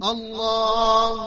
Allah